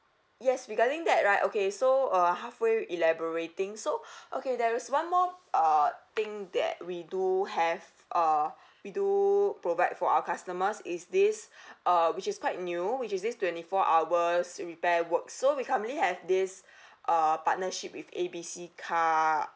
yes regarding that right okay so uh halfway elaborating so okay there is one more uh thing that we do have uh we do provide for our customers is this uh which is quite new which is this twenty four hours repair work so we currently have this uh partnership with A B C car